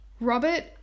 Robert